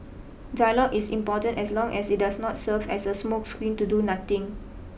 dialogue is important as long as it does not serve as a smokescreen to do nothing